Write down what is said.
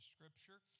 Scripture